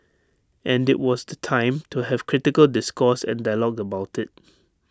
and IT was the time to have critical discourse and dialogue about IT